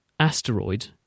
asteroid